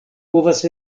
povas